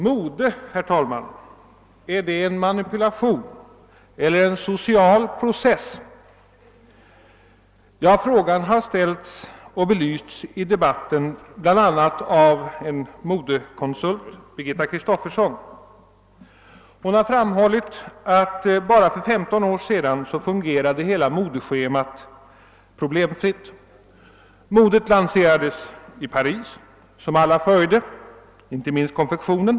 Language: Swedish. Mode är det en manipulation eller en social process? Den frågan har ställts och belysts i debatten, bl.a. av modekonsulenten Birgitta Kristoffersson. Hon har framhållit att för bara 15 år sedan fungerade hela modeschemat problemfritt. Modet lanserades i Paris, och alla följde det, inte minst konfektionen.